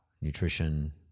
nutrition